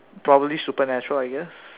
probably supernatural I guess